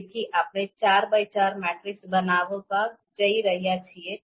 તેથી આપણે 4x4 matrix બનાવવા જઈ રહ્યા છીએ